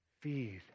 feed